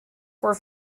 were